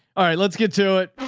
all right, let's get to it.